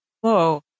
Whoa